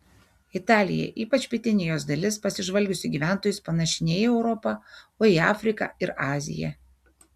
italija ypač pietinė jos dalis pasižvalgius į gyventojus panaši ne į europą o į afriką ir aziją